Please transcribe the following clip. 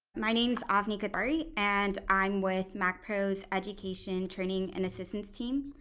my name's avni kothari and i'm with macpro's education, training, and assistance team.